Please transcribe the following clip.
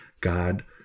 God